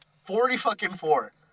Forty-fucking-four